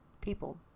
people